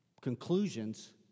conclusions